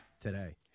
today